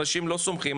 אנשים לא סומכים,